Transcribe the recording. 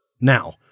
Now